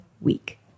week